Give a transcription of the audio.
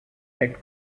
that